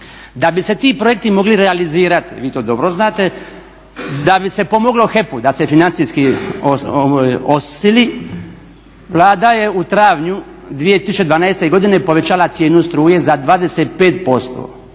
Da bi se ti projekti mogli realizirati, vi to dobro znate, da bi se pomoglo HEP-u da se financijski osili Vlada je u travnju 2012.godine povećala cijenu struje za 25%.